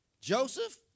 Joseph